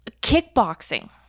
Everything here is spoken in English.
Kickboxing